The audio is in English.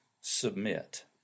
submit